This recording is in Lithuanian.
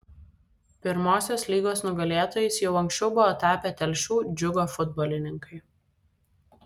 pirmosios lygos nugalėtojais jau anksčiau buvo tapę telšių džiugo futbolininkai